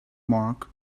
mark